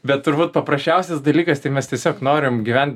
bet turbūt paprasčiausias dalykas tai mes tiesiog norim gyvent